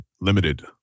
limited